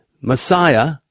Messiah